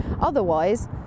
Otherwise